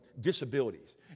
disabilities